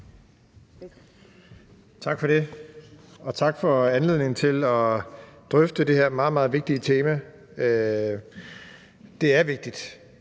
Tak for det, og tak for anledningen til at drøfte det her meget, meget vigtige tema. Det er vigtigt,